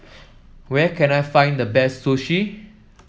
where can I find the best Sushi